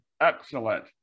excellent